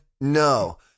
no